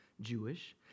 Jewish